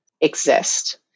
exist